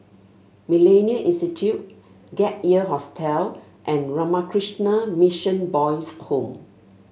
MillenniA Institute Gap Year Hostel and Ramakrishna Mission Boys' Home